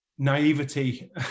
naivety